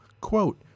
quote